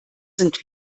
sind